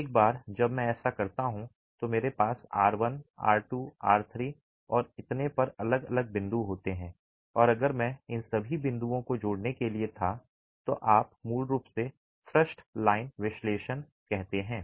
एक बार जब मैं ऐसा करता हूं तो मेरे पास आर 1 आर 2 आर 3 और इतने पर अलग अलग बिंदु होते हैं और अगर मैं इन सभी बिंदुओं को जोड़ने के लिए था तो आप मूल रूप से थ्रस्ट लाइन विश्लेषण कहते हैं